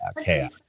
Okay